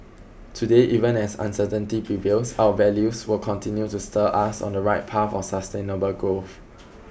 today even as uncertainty prevails our values will continue to steer us on the right path of sustainable growth